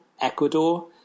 Ecuador